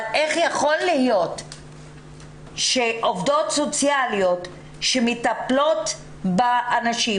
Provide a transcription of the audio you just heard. אבל איך יכול להיות שעובדות סוציאליות שמטפלות באנשים,